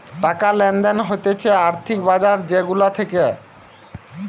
টাকা লেনদেন হতিছে আর্থিক বাজার যে গুলা থাকে